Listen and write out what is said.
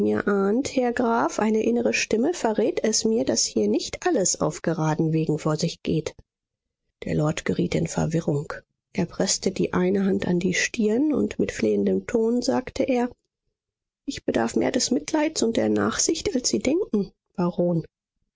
ahnt herr graf eine innere stimme verrät es mir daß hier nicht alles auf geraden wegen vor sich geht der lord geriet in verwirrung er preßte die eine hand an die stirn und mit flehendem ton sagte er ich bedarf mehr des mitleids und der nachsicht als sie denken baron